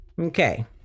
Okay